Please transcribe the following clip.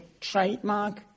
trademark